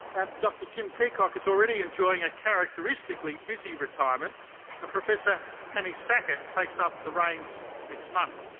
and dr jim peacock is already enjoying a characteristically busy retirement, and professor penny sackett takes up the reins next month.